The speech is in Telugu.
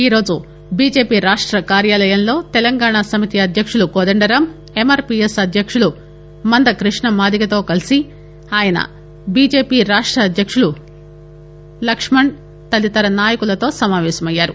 ఈ రోజు బీజేపీ రాష్ట కార్యాలయంలో తెలంగాణ సమితి అధ్యక్షుడు కోదండరాం ఎమ్మార్పీఎస్ అధ్యక్షుడు మంద కృష్ణమాదిగతో కలిసి ఆయన బీజేపీ రాష్ట అధ్యక్షుడు లక్ష్మణ్ తదితర నాయకులు సమావేశమయ్యారు